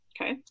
Okay